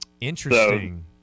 Interesting